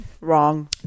Wrong